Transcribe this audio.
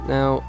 Now